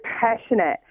passionate